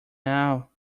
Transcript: now